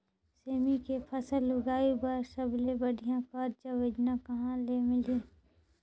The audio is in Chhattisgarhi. सेमी के फसल उगाई बार सबले बढ़िया कर्जा योजना कहा ले मिलही?